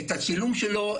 את הצילום שלו,